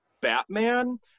Batman